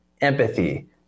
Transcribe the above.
empathy